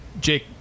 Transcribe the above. Jake